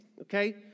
okay